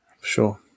Sure